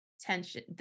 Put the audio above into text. tension